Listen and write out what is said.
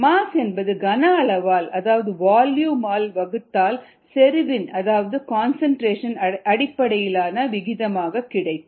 mass என்பது கன அளவால் அதாவது வால்யூம் ஆல் வகுத்தால் செறிவின் அதாவது கன்சன்ட்ரேஷன் அடிப்படையிலான விகிதமாக கிடைக்கும்